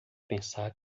pensar